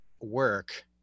work